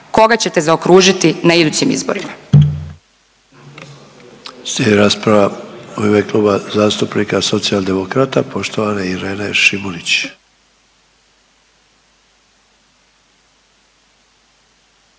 koga ćete zaokružiti na idućim izborima.